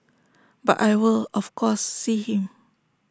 but I will of course see him